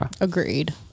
Agreed